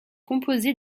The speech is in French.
composé